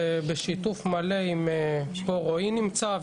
זה בשיתוף מלא עם פה רועי נמצא,